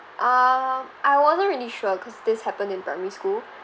ah I wasn't really sure cause this happened in primary school